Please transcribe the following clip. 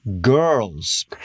girls